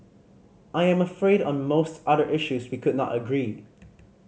I am afraid on most other issues we could not agree